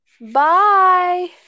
Bye